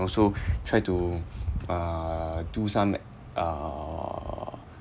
also try to uh do some err